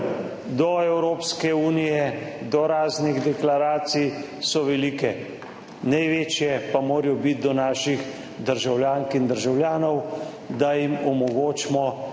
do Evropske unije, do raznih deklaracij so velike, največje pa morajo biti do naših državljank in državljanov, da jim omogočimo